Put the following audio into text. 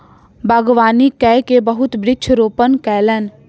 बागवानी कय के बहुत वृक्ष रोपण कयलैन